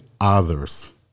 others